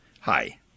Hi